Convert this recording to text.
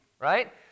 right